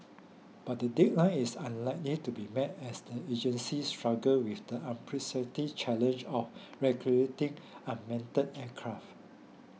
but the deadline is unlikely to be met as the agency struggle with the unprecedented challenge of regulating unmanned aircraft